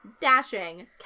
dashing